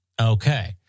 Okay